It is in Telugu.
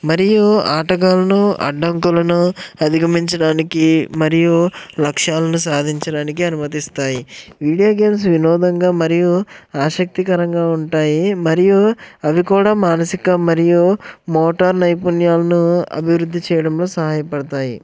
మరియు ఆటగాళ్లు అడ్డంకులను అధిగమించడానికి మరియు లక్ష్యాలను సాధించడానికి అనుమతిస్తాయి వీడియో గేమ్స్ వినోదంగా మరియు ఆసక్తికరంగా ఉంటాయి మరియు అవి కూడా మానసిక మరియు మోటార్ నైపుణ్యాలను అభివృద్ధి చేయడంలో సహాయపడతాయి